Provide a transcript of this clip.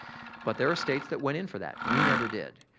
but there are states that went in for that. we never did.